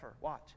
watch